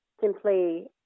simply